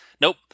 nope